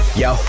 yo